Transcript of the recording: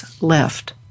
left